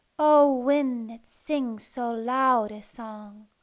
o wind, that sings so loud a song!